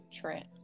Trent